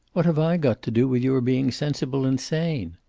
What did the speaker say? what have i got to do with your being sensible and sane?